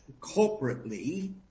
corporately